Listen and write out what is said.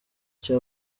icyo